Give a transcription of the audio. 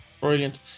brilliant